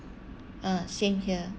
ah same here